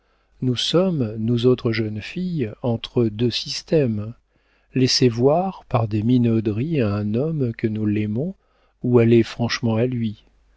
nous sommes nous autres jeunes filles entre deux systèmes laisser voir par des minauderies à un homme que nous l'aimons ou aller franchement à lui